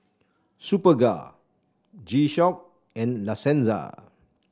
Superga G Shock and La Senza